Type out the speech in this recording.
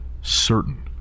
certain